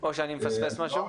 או שאני מפספס משהו.